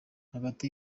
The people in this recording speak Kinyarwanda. hagati